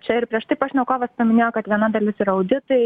čia ir prieš tai pašnekovas paminėjo kad viena dalis yra auditai